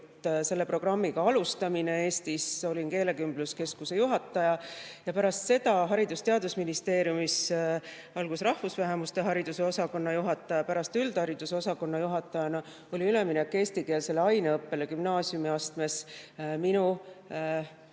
selle programmiga alustamine Eestis. Olin keelekümbluskeskuse juhataja ja pärast seda töötasin Haridus‑ ja Teadusministeeriumis, alguses rahvusvähemuste hariduse osakonna juhatajana, pärast üldhariduse osakonna juhatajana. Üleminek eestikeelsele aineõppele gümnaasiumiastmes oli